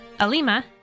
Alima